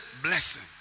blessing